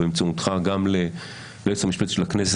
באמצעותך גם ליועצת המשפטית של כנסת,